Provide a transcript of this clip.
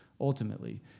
ultimately